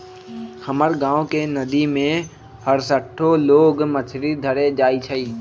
हमर गांव के नद्दी में हरसठ्ठो लोग मछरी धरे जाइ छइ